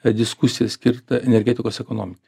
a diskusiją skirtą energetikos ekonomikai